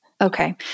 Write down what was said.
Okay